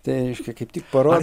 tai reiškia kaip tik paro